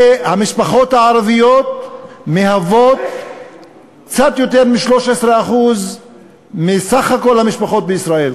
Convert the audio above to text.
המשפחות הערביות מהוות קצת יותר מ-13% מסך המשפחות בישראל,